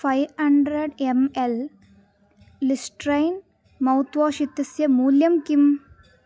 five hundred M L Listerine mouthwash इत्यस्य मूल्यं किम्